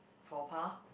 faux pas